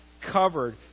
covered